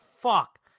fuck